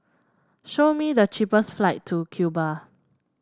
show me the cheapest flight to Cuba